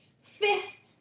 fifth